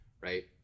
right